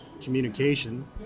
communication